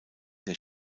der